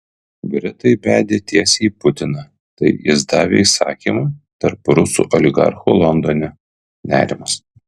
britai bedė tiesiai į putiną tai jis davė įsakymą tarp rusų oligarchų londone nerimas